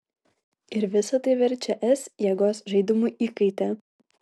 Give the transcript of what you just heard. ir visa tai verčia es jėgos žaidimų įkaite